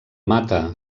mata